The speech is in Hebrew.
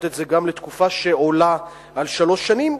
את זה גם לתקופה שעולה על שלוש שנים,